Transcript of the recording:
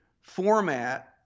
format